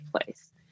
place